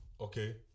okay